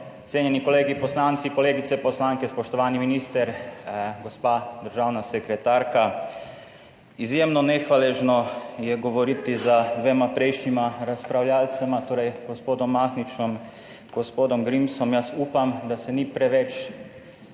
Cenjeni kolegi poslanci, kolegice poslanke, spoštovani minister, gospa državna sekretarka! Izjemno nehvaležno je govoriti 20. TRAK (VI) 13.35 (nadaljevanje) za dvema prejšnjima razpravljavcema, torej gospodom Mahničem, gospodom Grimsom. Jaz upam, da se ni preveč